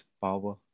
power